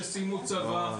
שסיימו צבא,